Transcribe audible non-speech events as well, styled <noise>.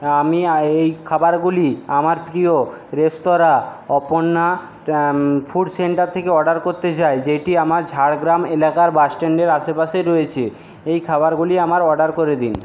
আমি <unintelligible> এই খাবারগুলি আমার প্রিয় রেস্তোরাঁ অপর্ণা ফুড সেন্টার থেকে অর্ডার করতে চাই যেটি আমার ঝাড়গ্রাম এলাকার বাসস্ট্যান্ডের আশেপাশে রয়েছে এই খাবারগুলি আমার অর্ডার করে দিন